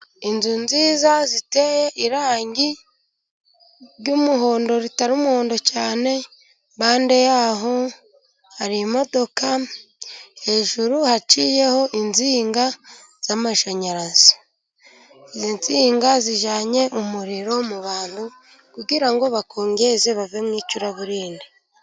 Inzu nziza ziteye irangi ry'umuhondo ritari umuhondo cyane, impande yaho hari imodoka hejuru haciyeho insinga z'amashanyarazi, izi nsinga zijyanye umuriro mu bantu kugira ngo bakongeze bave mu icuraburindi.